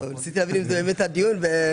הייתי רוצה שהדיון כאן יהיה על העלאת שכר המינימום,